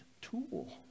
tool